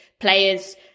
players